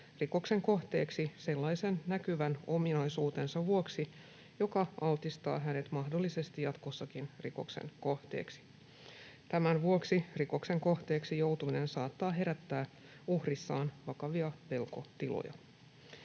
rikoksen kohteeksi sellaisen näkyvän ominaisuutensa vuoksi, joka altistaa hänet mahdollisesti jatkossakin rikoksen kohteeksi. Tämän vuoksi rikoksen kohteeksi joutuminen saattaa herättää uhrissaan vakavia pelkotiloja.